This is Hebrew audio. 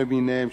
קניונים למיניהם,